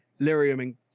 lyrium